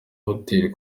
hoteli